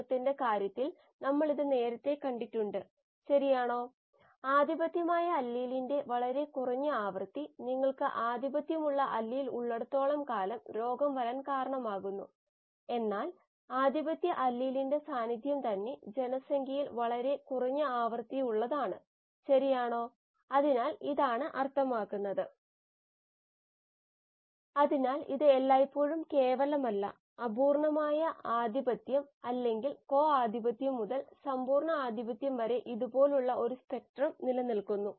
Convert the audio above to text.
പിന്നെ നൽകിയിട്ടുള്ളവയുമായി ആവശ്യമുള്ളത് എങ്ങനെ ബന്ധിപ്പിക്കും